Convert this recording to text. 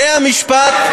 בתי-המשפט,